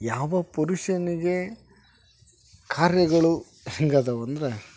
ಯಾವ ಪುರುಷನಿಗೆ ಕಾರ್ಯಗಳು ಹೆಂಗೆ ಅದವೆ ಅಂದರೆ